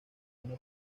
una